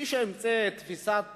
מי שהמציא את תפיסת